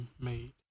made